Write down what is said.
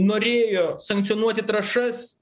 norėjo sankcionuoti trąšas